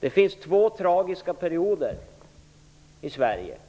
Det finns två tragiska perioder i Sverige, nämligen